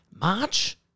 March